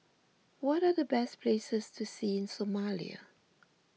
what are the best places to see in Somalia